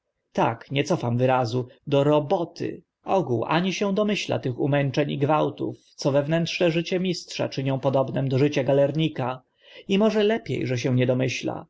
tak nie cofam wyrazu do roboty ogół ani się domyśla tych umęczeń i gwałtów co wewnętrzne życie mistrza czynią podobnym do życia galernika i może lepie że się nie domyśla